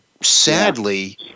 sadly